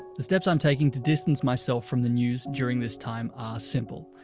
the steps i'm taking to distance myself from the news during this time are simple.